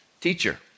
Teacher